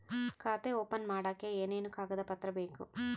ಖಾತೆ ಓಪನ್ ಮಾಡಕ್ಕೆ ಏನೇನು ಕಾಗದ ಪತ್ರ ಬೇಕು?